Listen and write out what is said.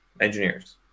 engineers